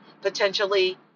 potentially